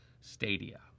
stadia